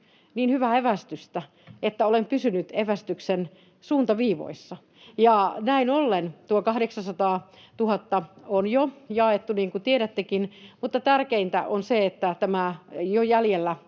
niin hyvää evästystä, että olen pysynyt evästyksen suuntaviivoissa, ja näin ollen tuo 800 000 on jo jaettu, niin kuin tiedättekin, mutta tärkeintä on se, että tämä jäljellä